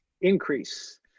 increase